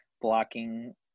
blocking